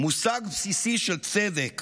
מושג בסיסי של צדק